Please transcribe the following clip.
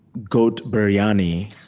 goat biryani